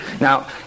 Now